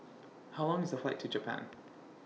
How Long IS The Flight to Japan